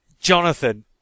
Jonathan